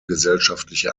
gesellschaftliche